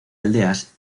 aldeas